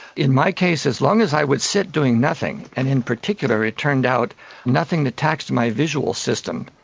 in my case, as long as i would sit doing nothing, and in particular it turned out nothing that taxed my visual system,